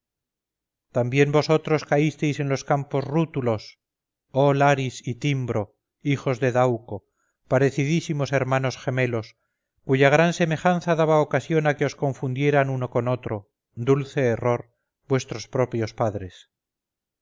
también vosotros caísteis en los campos rútulos oh laris y timbro hijos de dauco parecidísimos hermanos gemelos cuya gran semejanza daba ocasión a que os confundieran uno con otro dulce error vuestros propios padres